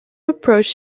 approach